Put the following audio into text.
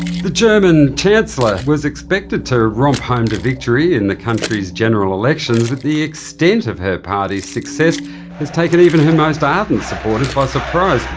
the german chancellor was expected to romp home to victory in the country's general elections but the extent of her party's success has taken even her most ah ardent supporters by surprise.